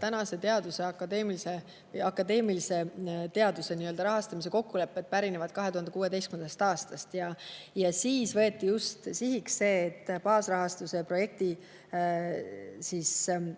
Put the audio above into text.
tänase teaduse, akadeemilise teaduse rahastamise kokkulepped pärinevad 2016. aastast ja siis võeti sihiks just see, et baasrahastuse projektipõhine